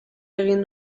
egin